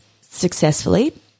successfully